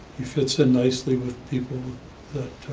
he fits in nicely with people that